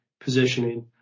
positioning